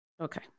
Okay